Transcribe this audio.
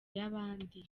y’abandi